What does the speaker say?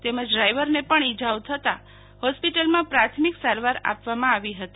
તેમજ ડ્રાઈવરને પણ ઈજાઓ થતાં રામબાગ હોસ્પિટલમાં પ્રાથમિક સારવાર આપવામાં આવી હતી